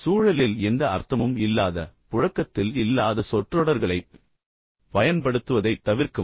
சூழலில் எந்த அர்த்தமும் இல்லாத புழக்கத்தில் இல்லாத சொற்றொடர்களைப் பயன்படுத்துவதைத் தவிர்க்கவும்